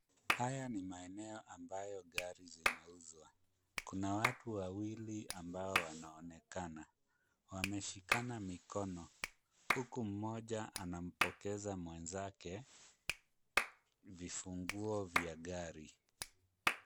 Haya ni maeneo ambayo gari zinauzwa. Kuna watu wawili ambao wanaonekana. Wameshikana mikono huku mmoja anampokeza mwenzake vifunguo vya gari.